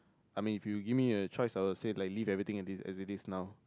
I mean if you give me a choice I would say likely everything in this as it is now